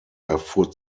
erfuhr